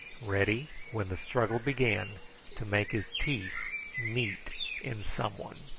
ready when the struggle began to make his teeth meet in some one.